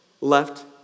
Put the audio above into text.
left